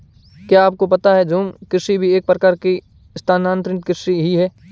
क्या आपको पता है झूम कृषि भी एक प्रकार की स्थानान्तरी कृषि ही है?